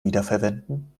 wiederverwenden